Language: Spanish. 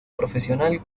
profesional